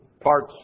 parts